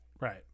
Right